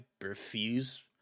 refuse